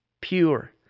pure